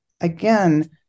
again